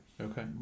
okay